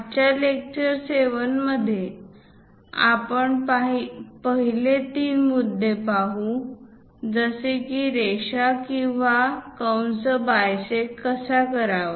आजच्या लेक्चर 7 मध्ये आपण पहिले तीन मुद्दे पाहू जसे की रेषा किंवा कंस बायसेक्ट कसा करावा